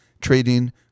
trading